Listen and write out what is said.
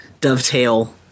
dovetail